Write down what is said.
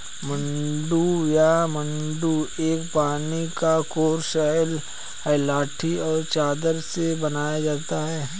मड्डू या मड्डा एक पानी का कोर्स है लाठी और चादर से बनाया जाता है